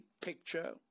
picture